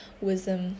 wisdom